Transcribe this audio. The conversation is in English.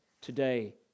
today